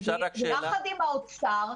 ביחד עם האוצר,